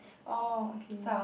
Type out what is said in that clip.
oh okay